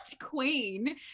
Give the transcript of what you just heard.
queen